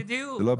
לא רוצה,